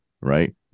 right